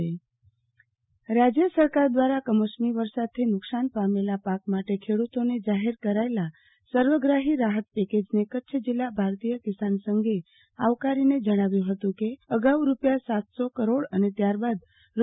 આરતીબેન ભદ્દ કિસાન સંઘ રાહત પેકેજ રાજ્ય સરકાર દ્વારા કમોસમી વરસાદથી નુકશાન પામેલ પાક માટે ખેડુતોને જાહેર કરાયેલા સર્વગ્રાહી રાહત પેકેજને કચ્છ જિલ્લા ભારતીય કિસાન સંઘે આવકારીને જણાવ્યુ હતું કે અગાઉ રૂપિયા સાતસો કરોડ અને ત્યારબાદ રૂ